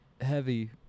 heavy